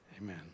amen